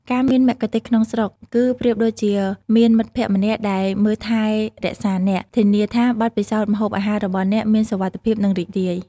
ការមានមគ្គុទ្ទេសក៍ក្នុងស្រុក គឺប្រៀបដូចជាមានមិត្តភ័ក្តិម្នាក់ដែលមើលថែរក្សាអ្នក ធានាថាបទពិសោធន៍ម្ហូបអាហាររបស់អ្នកមានសុវត្ថិភាព និងរីករាយ។